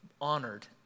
honored